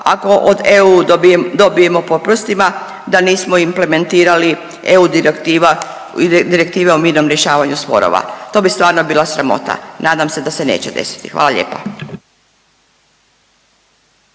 ako od EU dobijemo po prstima, da nismo implementirali EU direktive o mirnom rješavanju sporova. To bi stvarno bila sramota, nadam se da se neće desiti. Hvala lijepa.